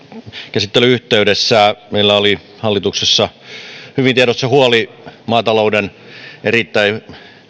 käsittelyn yhteydessä meillä oli hallituksessa hyvin tiedossa huoli maatalouden erittäin